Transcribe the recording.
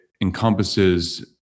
encompasses